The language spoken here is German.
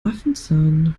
affenzahn